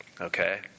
okay